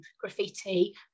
graffiti